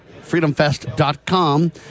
freedomfest.com